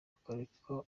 bakareka